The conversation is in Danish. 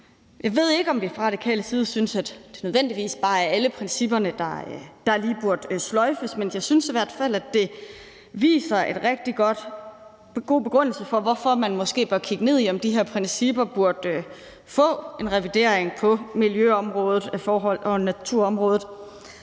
Jeg ved ikke, om vi fra radikal side synes, at det nødvendigvis bare er alle principperne, der lige burde sløjfes, men jeg synes i hvert fald, at det viser en rigtig god begrundelse for, hvorfor man måske bør kigge ned i, om de her principper burde få en revidering på natur- og miljøområdet,